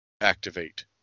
activate